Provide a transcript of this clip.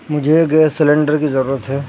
مجھے gas cylinder کی ضرورت ہے